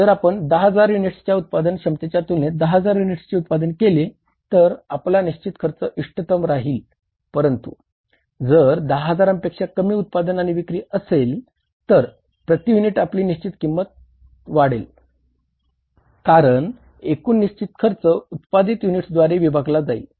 परंतु जर 10 हजारांपेक्षा कमी उत्पादन आणि विक्री असेल तर प्रति युनिट आपली निश्चित खर्च वाढेल कारण एकूण निश्चित खर्च उत्पादित युनिट्सद्वारे विभागला जाईल